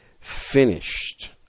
finished